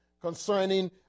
concerning